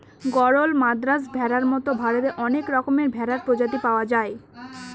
গরল, মাদ্রাজ ভেড়ার মতো ভারতে অনেক রকমের ভেড়ার প্রজাতি পাওয়া যায়